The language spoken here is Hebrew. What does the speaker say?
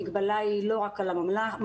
המגבלה היא לא רק על הממ"ח,